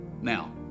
Now